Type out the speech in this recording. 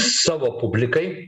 savo publikai